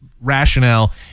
rationale